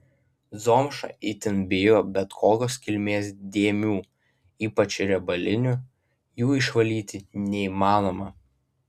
zomša itin bijo bet kokios kilmės dėmių ypač riebalinių jų išvalyti neįmanoma